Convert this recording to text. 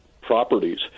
properties